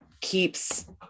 keeps